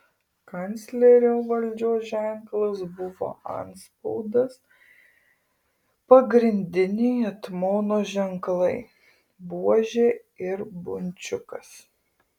kanclerio valdžios ženklas buvo antspaudas pagrindiniai etmono ženklai buožė ir bunčiukas